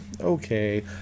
okay